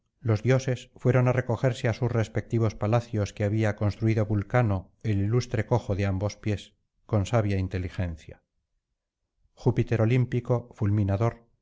los dioses fueron á recogerse á sus respectivos palacios que había construido vulcano el ilustre cojo de ambos pies con sabia inteligencia júpiter olímpico fulminador